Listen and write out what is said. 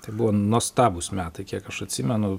tai buvo nuostabūs metai kiek aš atsimenu